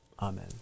amen